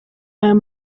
ayo